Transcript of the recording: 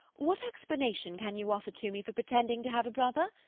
what explanation can you offer to me for pretending to have a brother?